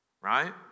right